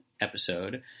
episode –